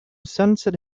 sunset